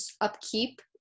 upkeep